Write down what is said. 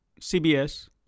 CBS